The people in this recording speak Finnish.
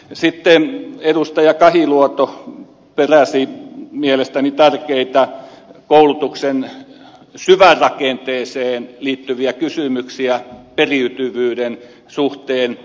sitten edustaja alanko kahiluoto peräsi mielestäni tärkeitä koulutuksen syvärakenteeseen liittyviä kysymyksiä periytyvyyden suhteen